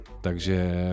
Takže